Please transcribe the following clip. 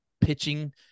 pitching